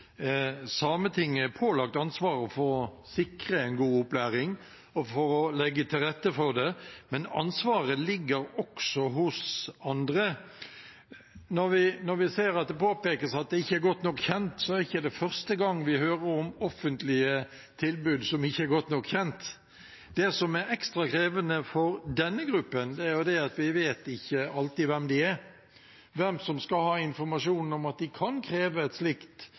Sametinget er pålagt ansvaret for å sikre en god opplæring og for å legge til rette for det, men ansvaret ligger også hos andre. Når vi ser at det påpekes at det ikke er godt nok kjent, er det ikke første gang vi hører om offentlige tilbud som ikke er godt nok kjent. Det som er ekstra krevende for denne gruppen, er at vi ikke alltid vet hvem de er, hvem som skal ha informasjon om at de kan kreve et slikt